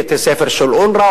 בתי-ספר של אונר"א,